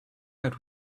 out